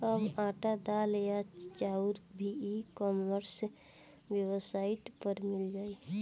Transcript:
अब आटा, दाल या चाउर भी ई कॉमर्स वेबसाइट पर मिल जाइ